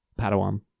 Padawan